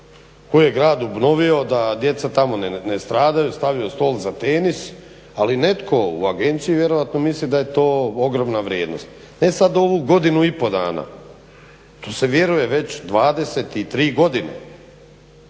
koju je grad obnovio da djeca tamo ne stradaju, stavljaju stol za tenis, ali netko u agenciji vjerojatno misli da je to ogromna vrijednost. E sad ovu godinu i pol dana to se vjeruje već 23 godine